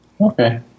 Okay